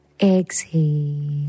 Exhale